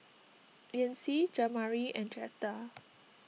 Yancy Jamari and Jetta